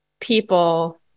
people